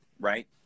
right